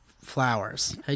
flowers